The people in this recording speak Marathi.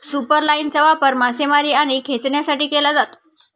सुपरलाइनचा वापर मासेमारी आणि खेचण्यासाठी केला जातो